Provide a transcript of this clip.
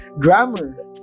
grammar